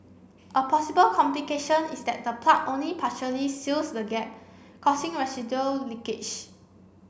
a possible complication is that the plug only partially seals the gap causing residual leakage